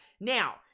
Now